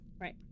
Right